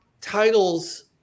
titles